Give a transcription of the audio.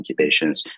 incubations